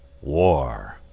War